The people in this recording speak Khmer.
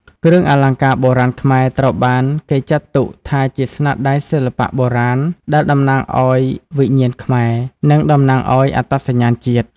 គ្រឿងអលង្ការបុរាណខ្មែរត្រូវបានគេចាត់ទុកថាជាស្នាដៃសិល្បៈបុរាណដែលតំណាងឲ្យវិញ្ញាណខ្មែរ និងតំណាងឱ្យអត្តសញ្ញាណជាតិ។